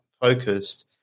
focused